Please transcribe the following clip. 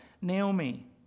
Naomi